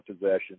possession